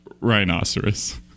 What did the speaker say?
rhinoceros